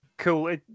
Cool